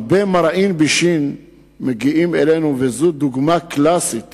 הרבה מרעין בישין מגיעים אלינו, וזאת דוגמה קלאסית